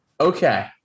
Okay